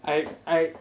I I